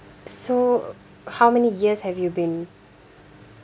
so how many years have you been